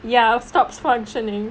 ya stops functioning